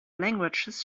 languages